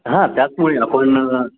हां त्याचमुळे आपण